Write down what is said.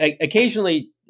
occasionally